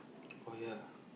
oh ya